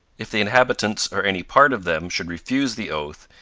if the inhabitants or any part of them should refuse the oath,